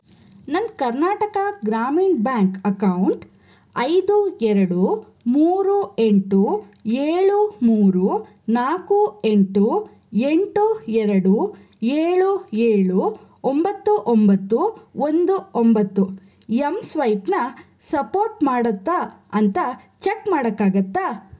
ನನ್ನ Karnataka Grameen bank account ಐದು ಎರಡು ಮೂರು ಎಂಟು ಏಳು ಮೂರು ನಾಲ್ಕು ಎಂಟು ಎಂಟು ಎರಡು ಏಳು ಏಳು ಒಂಬತ್ತು ಒಂಬತ್ತು ಒಂದು ಒಂಬತ್ತು ಎಂ ಸ್ವೈಪನ್ನು ಸಪೋರ್ಟ್ ಮಾಡತ್ತಾ ಅಂತ ಚೆಕ್ ಮಾಡೋಕ್ಕಾಗತ್ತಾ